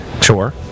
Sure